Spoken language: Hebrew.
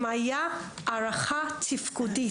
אם היתה הערכה תפקודית,